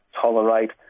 Tolerate